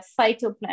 phytoplankton